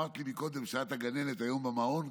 אמרת לי קודם שאת הגננת היום במעון,